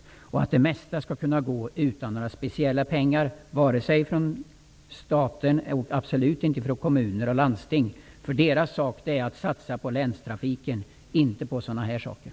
Jag hoppas att det mesta skall kunna gå utan några speciella pengar, inte från staten och absolut inte från kommuner och landsting. Deras sak är att satsa på länstrafiken, inte på dessa saker.